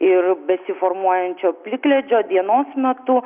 ir besiformuojančio plikledžio dienos metu